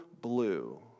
blue